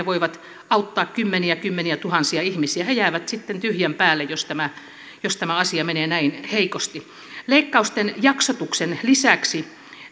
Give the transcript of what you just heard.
voivat auttaa kymmeniä kymmeniätuhansia ihmisiä ne jäävät sitten tyhjän päälle jos tämä jos tämä asia menee näin heikosti leikkausten jaksotuksen lisäksi